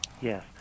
Yes